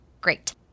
Great